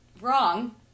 wrong